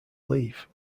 leave